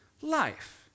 life